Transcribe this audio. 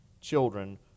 children